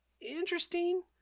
interesting